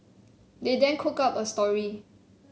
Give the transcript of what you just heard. they then cooked up a story